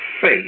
faith